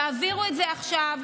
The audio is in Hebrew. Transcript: תעבירו את זה עכשיו.